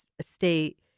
state